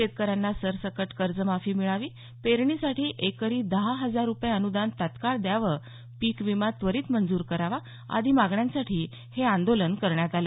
शेतकऱ्यांना सरसकट कर्जमाफी मिळावी पेरणीसाठी एकरी दहा हजार रुपये अनुदान तत्काळ द्यावं पिक विमा त्वरित मंजूर करावा आदी मागण्यांसाठी हे आंदोलन करण्यात आलं